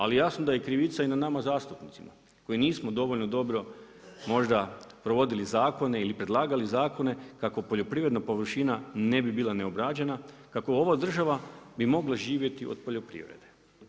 Ali jasno da je krivica i nama zastupnicima koji nismo dovoljno dobro možda provodili zakone ili predlagali zakone kako poljoprivredna površina ne bi bila neobrađena, kako ova država bi mogla živjeti od poljoprivrede.